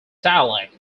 dialect